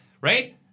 right